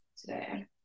today